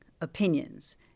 opinions